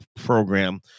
Program